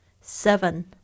Seven